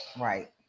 right